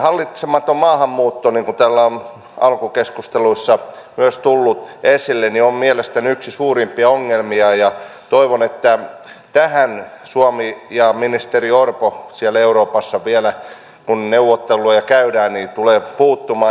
hallitsematon maahanmuutto niin kuin täällä on alkukeskusteluissa myös tullut esille on mielestäni yksi suurimpia ongelmia ja toivon että tähän suomi ja ministeri orpo siellä euroopassa vielä kun neuvotteluja käydään tulee puuttumaan